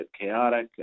chaotic